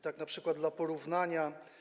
Tak np. dla porównania.